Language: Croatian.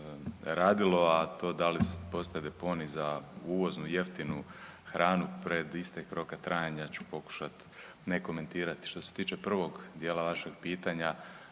radilo, a to da li postaje deponij za uvoznu jeftinu hranu pred istek roka trajanja ja ću pokušati ne komentirat. Što se tiče prvog dijela vašeg pitanja